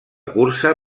cursa